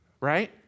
right